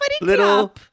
little